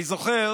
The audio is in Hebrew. אני זוכר